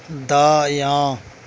دایاں